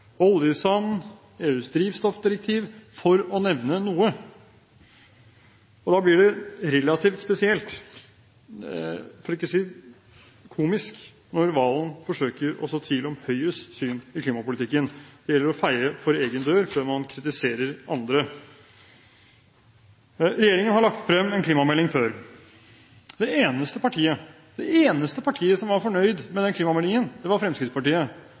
oljesand, EUs drivstoffdirektiv – for å nevne noe. Da blir det relativt spesielt, for ikke å si komisk, når Serigstad Valen forsøker å så tvil om Høyres syn i klimapolitikken. Det gjelder å feie for egen dør før man kritiserer andre. Regjeringen har lagt frem en klimamelding før. Det eneste partiet som var fornøyd med den klimameldingen, var Fremskrittspartiet,